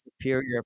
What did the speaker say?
superior